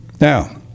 Now